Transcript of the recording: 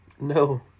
No